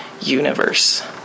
universe